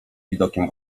widokiem